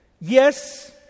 Yes